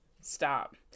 Stop